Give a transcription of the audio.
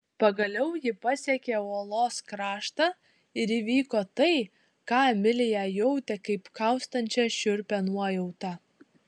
pagaliau ji pasiekė uolos kraštą ir įvyko tai ką emilija jautė kaip kaustančią šiurpią nuojautą